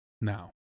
Now